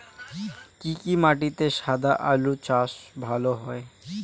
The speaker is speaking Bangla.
কি কি মাটিতে সাদা আলু চাষ ভালো হয়?